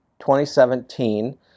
2017